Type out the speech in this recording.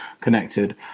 connected